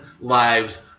lives